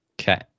Okay